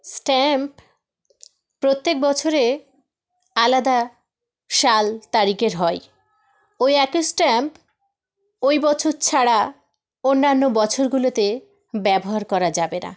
stamp প্রত্যেক বছরে আলাদা সাল তারিখের হয় ওই একই স্ট্যাম্প ওই বছর ছাড়া অন্যান্য বছরগুলোতে ব্যবহার করা যাবে না